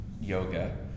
yoga